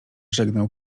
żegnał